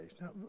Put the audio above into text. Now